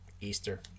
Easter